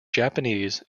japanese